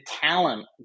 talent